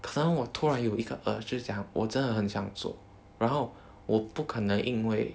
可能我突然有一个 urge 就是讲我真的很想做然后我不可能因为